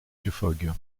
fogg